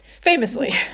famously